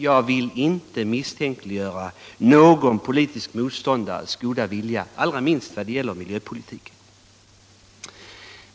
Jag vill inte misstänkliggöra någon politisk motståndares goda vilja, allra minst när det gäller miljöpolitiken.